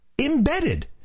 embedded